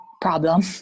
problem